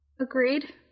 Agreed